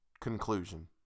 Conclusion